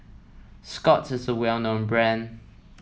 Scott's is a well known brand